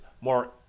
more